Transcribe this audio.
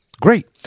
Great